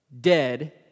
dead